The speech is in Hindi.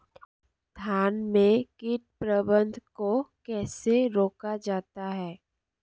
धान में कीट प्रबंधन को कैसे रोका जाता है?